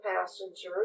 passengers